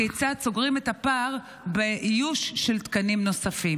כיצד סוגרים את הפער באיוש של תקנים נוספים?